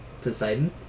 Poseidon